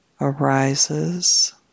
Arises